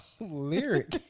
lyric